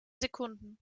sekunden